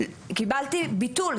קיבלתי ביטול,